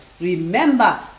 Remember